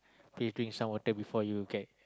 please drink some water before you get